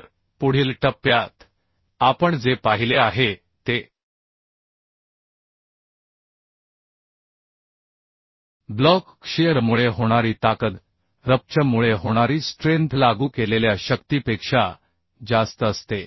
तर पुढील टप्प्यात आपण जे पाहिले आहे ते ब्लॉक शीअरमुळे होणारी ताकद रप्चर मुळे होणारी स्ट्रेंथ लागू केलेल्या शक्तीपेक्षा जास्त असते